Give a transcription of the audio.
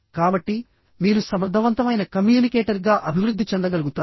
కాబట్టి మీరు సమర్థవంతమైన కమ్యూనికేటర్గా అభివృద్ధి చెందగలుగుతారు